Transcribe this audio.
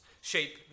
shape